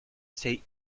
say